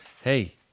hey